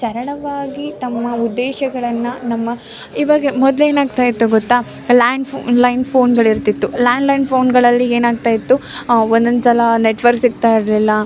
ಸರಳವಾಗಿ ತಮ್ಮ ಉದ್ದೇಶಗಳನ್ನು ನಮ್ಮ ಈವಾಗ ಮೊದ್ಲು ಏನಾಗ್ತಾಯಿತ್ತು ಗೊತ್ತಾ ಲ್ಯಾಂಡ್ ಫು ಲೈನ್ ಫೋನ್ಗಳು ಇರ್ತಿತ್ತು ಲ್ಯಾಂಡ್ಲೈನ್ ಫೋನ್ಗಳಲ್ಲಿ ಏನಾಗ್ತಾಯಿತ್ತು ಒಂದೊಂದು ಸಲ ನೆಟ್ವರ್ಕ್ ಸಿಗ್ತಾಯಿರಲಿಲ್ಲ